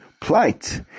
plight